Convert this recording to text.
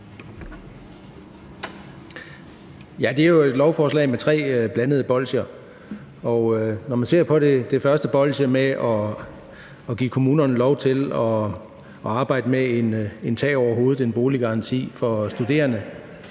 Det er jo et lovforslag med tre blandede bolsjer. Når man ser på det første bolsje om at give kommunerne lov til at arbejde med en tag over hovedet-garanti, en boliggaranti, for studerende,